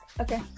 Okay